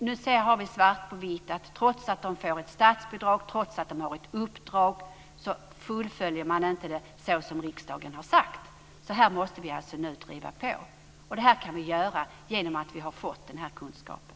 Nu har vi svart på vitt att trots att de får ett statsbidrag och har ett uppdrag fullföljer de det inte såsom riksdagen har sagt. Här måste vi alltså driva på nu. Det kan vi göra genom att vi har fått den här kunskapen.